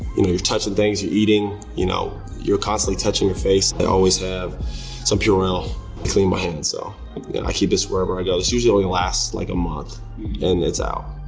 you're touching things, you're eating, you know, you're constantly touching your face, i always have some purell to clean my hands so. yeah i keep this wherever i go. this usually only lasts like a month and it's out.